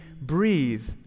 breathe